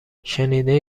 شنیدی